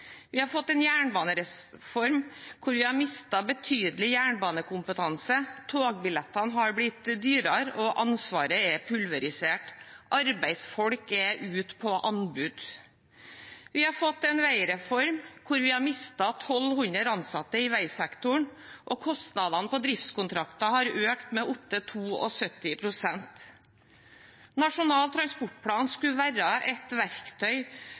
Vi har fått en jernbanereform hvor vi har mistet betydelig jernbanekompetanse. Togbillettene har blitt dyrere, og ansvaret er pulverisert. Arbeidsfolk er ute på anbud. Vi har fått en veireform hvor vi har mistet 1 200 ansatte i veisektoren, og kostnadene på driftskontrakter har økt med opptil 72 pst. Nasjonal transportplan skulle være et verktøy,